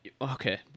Okay